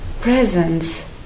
presence